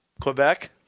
Quebec